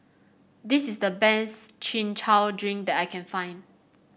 this is the best Chin Chow Drink that I can find